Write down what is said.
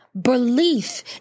belief